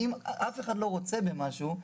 אם אף אחד לא רוצה במשהו,